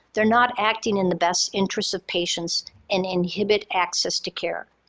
they're not acting in the best interest of patients and inhibit access to care.